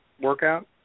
Workout